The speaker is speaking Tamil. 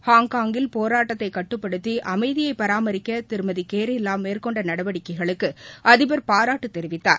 ஹர்ங்காங்கில் போராட்டத்தை கட்டுப்படுத்தி அமைதியை பராமரிக்க திருமதி கேரிவாம் மேற்கொண்ட நடவடிக்கைகளுக்கு அதிபர் பாராட்டு தெரிவித்தார்